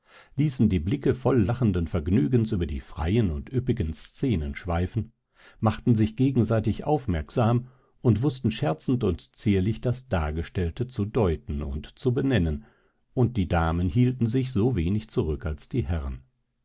ließen die blicke voll lachenden vergnügens über die freien und üppigen szenen schweifen machten sich gegenseitig aufmerksam und wußten scherzend und zierlich das dargestellte zu deuten und zu benennen und die damen hielten sich so wenig zurück als die herren